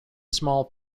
small